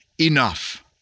enough